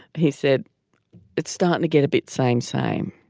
he said it's starting to get a bit same same.